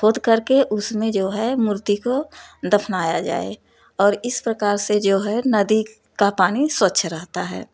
खोद करके उसमें जो है मूर्ति को दफनाया जाए और इस प्रकार से जो है नदी का पानी स्वच्छ रहता है